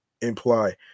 imply